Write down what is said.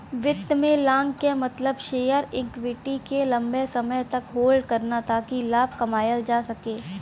वित्त में लॉन्ग क मतलब शेयर या इक्विटी के लम्बे समय तक होल्ड करना ताकि लाभ कमायल जा सके